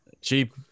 Cheap